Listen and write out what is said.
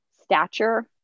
stature